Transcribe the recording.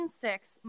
six